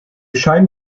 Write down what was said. scheinen